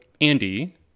Andy